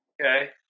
Okay